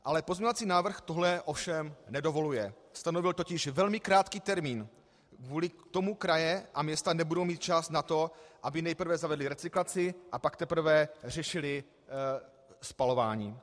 Ale pozměňovací návrh tohle ovšem nedovoluje, stanovil totiž velmi krátký termín, kvůli kterému kraje a města nebudou mít čas na to, aby nejprve zavedly recyklaci, a pak teprve řešily spalování.